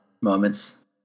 moments